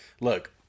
look